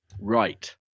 Right